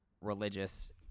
religious